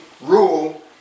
rule